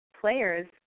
players